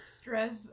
stress